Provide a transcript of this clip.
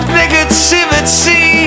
negativity